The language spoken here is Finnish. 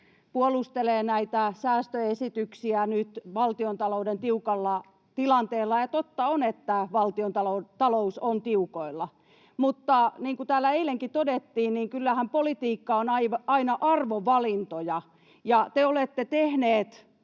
puolustelee näitä säästöesityksiä nyt valtiontalouden tiukalla tilanteella, ja totta on, että valtiontalous on tiukoilla. Mutta niin kuin täällä eilenkin todettiin, niin kyllähän politiikka on aina arvovalintoja.